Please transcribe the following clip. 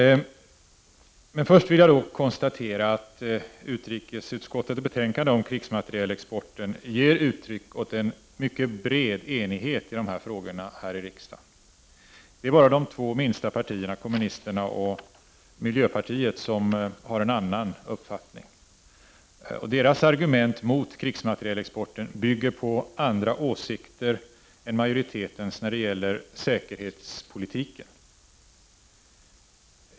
Låt mig konstatera att utrikesutskottets betänkande om krigsmaterielexporten ger uttryck för en mycket bred enighet här i riksdagen i dessa frågor. Det är bara de två minsta partierna, kommunisterna och miljöpartiet, som har en annan uppfattning. Deras argument mot krigsmaterielexporten bygger på att de har andra åsikter än majoriteten i fråga om säkerhetspolitiken.